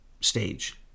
stage